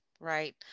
right